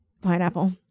pineapple